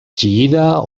txillida